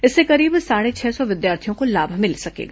इससे करीब साढ़े छह सौ विद्यार्थियों को लाभ मिलेगा